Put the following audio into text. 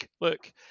look